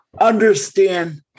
understand